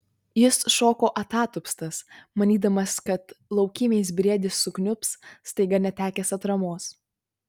jis šoko atatupstas manydamas kad laukymės briedis sukniubs staiga netekęs atramos